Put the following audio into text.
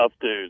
dude